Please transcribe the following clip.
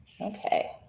Okay